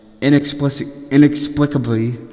inexplicably